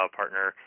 partner